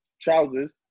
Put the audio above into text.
trousers